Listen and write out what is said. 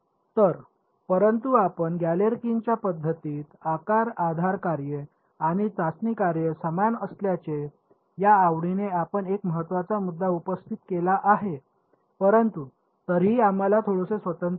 तर परंतु आपण गॅलेरकिनच्या पद्धतीत आकार आधार कार्ये आणि चाचणी कार्ये समान असल्याचे या आवडीने आपण एक महत्त्वाचा मुद्दा उपस्थित केला आहे परंतु तरीही आम्हाला थोडेसे स्वातंत्र्य आहे